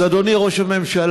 אז, אדוני ראש הממשלה,